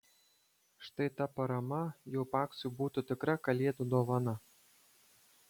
štai ta parama jau paksui būtų tikra kalėdų dovana